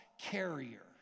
carrier